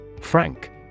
Frank